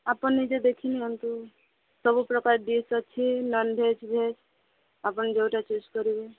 ଆପଣ ନିଜେ ଦେଖି ନିଅନ୍ତୁ ସବୁ ପ୍ରକାର ଡିସ୍ ଅଛି ନନ୍ଭେଜ୍ ଭେଜ୍ ଆପଣ ଯେଉଁଟା ଚୁଜ୍ କରିବେ